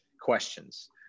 questions